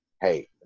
hey